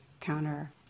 counter